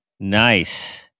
Nice